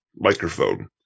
microphone